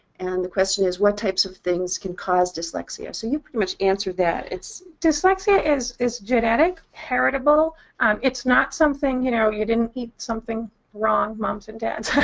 and the question is, what types of things can cause dyslexia? so you pretty much answered that. it's dyslexia is is genetic, heritable um it's not something you know, you didn't eat something wrong, moms and dads.